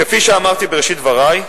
כפי שאמרתי בראשית דברי,